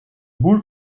boel